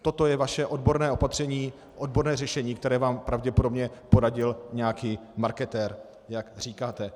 Toto je vaše odborné opatření, odborné řešení, které vám pravděpodobně poradil nějaký marketér, jak říkáte.